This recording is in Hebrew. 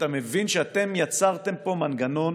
אתה מבין שאתם יצרתם פה מנגנון